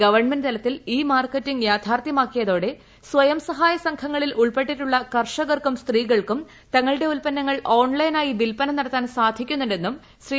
government തലത്തിൽ e marketing യാഥാർത്ഥ്യമാക്കിയതോടെ സ്വയംസഹായ സംഘങ്ങളിൽ ഉൾപ്പെട്ടിട്ടുള്ള കർഷകർക്കും സ്ത്രീകൾക്കും തങ്ങളുടെ ഉത്പന്നങ്ങൾ ഓൺലൈനായി വില്പന നടത്താൻ സാധിക്കുന്നുണ്ടെന്നും ശ്രീ